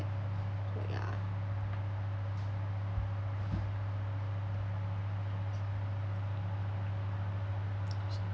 so ya